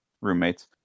roommates